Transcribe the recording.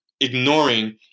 ignoring